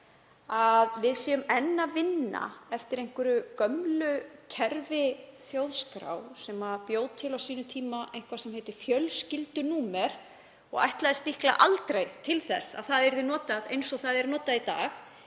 að við séum enn að vinna eftir einhverju gömlu kerfi. Þjóðskrá bjó til á sínum tíma eitthvað sem heitir fjölskyldunúmer og ætlaðist líklega aldrei til þess að það yrði notað eins og það er notað í dag.